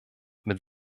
mit